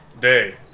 day